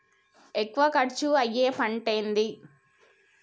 ఎక్కువ ఖర్చు అయ్యే పంటేది?